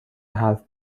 حرف